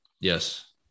yes